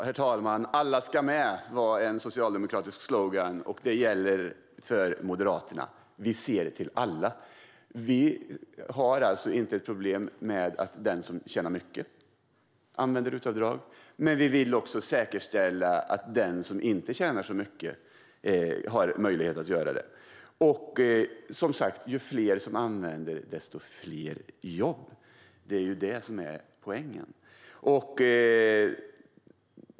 Herr talman! "Alla ska med" var en socialdemokratisk slogan, och det gäller även för Moderaterna. Vi ser till alla. Vi har inget problem med att den som tjänar mycket använder RUT-avdrag, men vi vill också säkerställa att den som inte tjänar så mycket har möjlighet att göra det. Ju fler som använder det, desto fler jobb. Det är ju poängen.